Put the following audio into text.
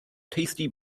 tasty